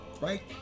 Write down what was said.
right